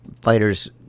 fighters